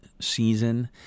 season